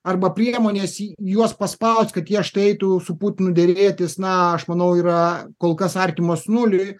arba priemonės juos paspaust kad jie štai eitų su putinu derėtis na aš manau yra kol kas artimos nuliui